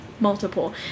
multiple